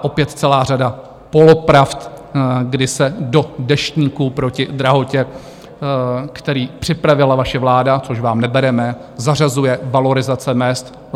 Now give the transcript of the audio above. Opět celá řada polopravd, kdy se do Deštníku proti drahotě, který připravila vaše vláda, což vám nebereme, zařazuje valorizace mezd.